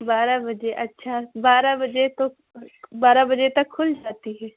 بارہ بجے اچھا بارہ بجے تو بارہ بجے تک کھل جاتی ہے